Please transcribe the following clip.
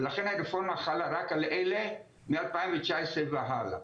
ולכן הרפורמה חלה רק על אלה מ-2019 והלאה.